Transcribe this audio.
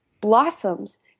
blossoms